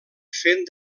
fent